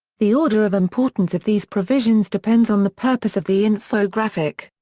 the order of importance of these provisions depends on the purpose of the infographic.